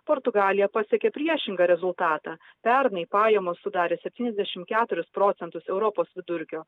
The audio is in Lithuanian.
portugalija pasiekė priešingą rezultatą pernai pajamos sudarė septyniasdešimt keturis procentus europos vidurkio